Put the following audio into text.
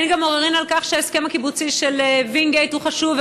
אין גם עוררין על כך שההסכם הקיבוצי של וינגייט הוא חשוב,